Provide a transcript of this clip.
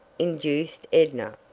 induced edna.